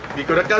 you've gotta gotta